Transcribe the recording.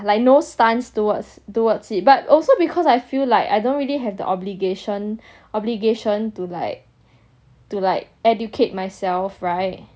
like no stance towards towards it but also because I feel like I don't really have the obligation obligation to like to like educate myself [right]